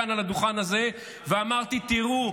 ואז עמדתי כאן על הדוכן הזה ואמרתי: תראו,